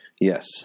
yes